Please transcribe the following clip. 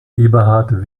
eberhard